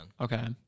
Okay